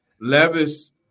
Levis